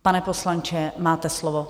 Pane poslanče, máte slovo.